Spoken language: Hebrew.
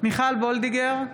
מיכל וולדיגר,